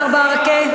מר ברכה,